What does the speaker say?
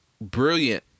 brilliant